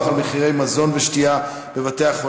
על מחירי מזון ושתייה בבתי-החולים,